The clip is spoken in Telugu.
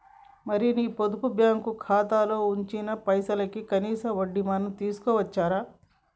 మరి నీ పొదుపు బ్యాంకు ఖాతాలో ఉంచిన పైసలకి కనీస వడ్డీ మనం తీసుకోవచ్చు రా